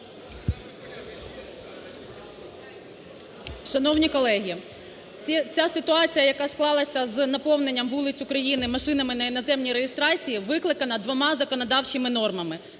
Шановні колеги! Ця ситуація, яка склалася з наповненням вулиць України машинами на іноземній реєстрації, викликана двома законодавчими нормами.